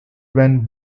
when